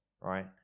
right